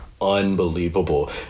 unbelievable